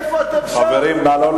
איפה אתם, ש"ס?